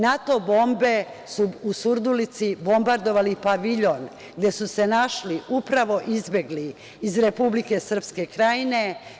NATO bombe su u Surdulici bombardovali paviljon, gde su se našli upravo izbegli iz Republike Srpske Krajine.